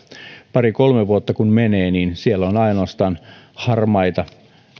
pari kolme vuotta kun menee niin siellä on ainoastaan harmaita